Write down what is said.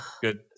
Good